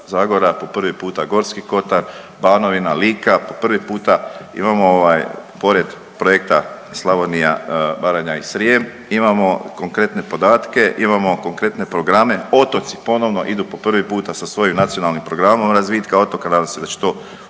Zagora, po prvi puta Gorski kotar, Banovina, Lika, po prvi puta imamo ovaj pored projekta Slavonija, Baranja i Srijem imamo konkretne podatke, imamo konkretne programe. Otoci ponovno idu po prvi puta sa svojim nacionalnim programom razvitka otoka, nadam se da će to